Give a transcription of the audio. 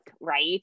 right